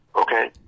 Okay